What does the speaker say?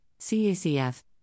CACF